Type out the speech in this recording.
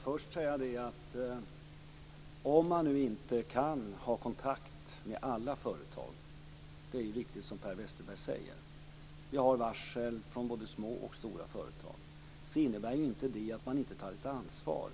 Fru talman! Om man inte kan ha kontakt med alla företag - det är riktigt som Per Westerberg säger; vi har varsel från både små och stora företag - innebär inte det att man inte tar ett ansvar.